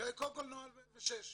קודם כל נוהל 106,